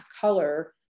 color